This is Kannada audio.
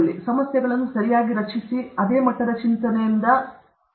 ಸಮಸ್ಯೆಗಳನ್ನು ಸರಿಯಾಗಿ ರಚಿಸಿದ ಅದೇ ಮಟ್ಟದ ಚಿಂತನೆಯಿಂದ ಪರಿಹರಿಸಲಾಗುವುದಿಲ್ಲ